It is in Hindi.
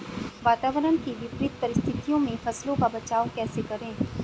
वातावरण की विपरीत परिस्थितियों में फसलों का बचाव कैसे करें?